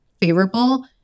favorable